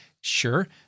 sure